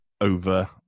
over